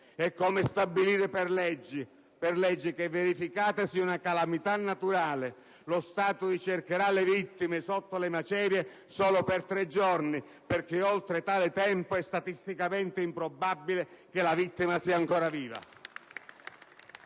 È come stabilire per legge che, verificatasi una calamità naturale, lo Stato ricercherà le vittime sotto le macerie solo per tre giorni, perché oltre tale tempo è statisticamente improbabile che la vittima sia ancora viva.